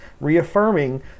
reaffirming